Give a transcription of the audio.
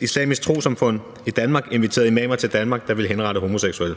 Islamisk Trossamfund i Danmark inviterede imamer til Danmark, der ville henrette homoseksuelle.